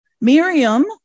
Miriam